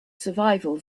survival